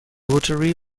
rotary